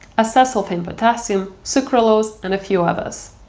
acesulfame potassium, sucralose and a few others.